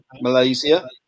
Malaysia